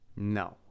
No